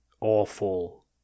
awful